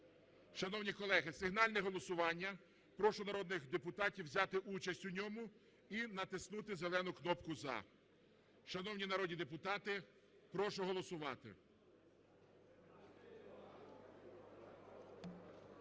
Шановні колеги, сигнальне голосування, прошу народних депутатів взяти участь у ньому і натиснути зелену кнопку За. Шановні народні депутати, прошу голосувати.